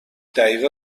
دقیقه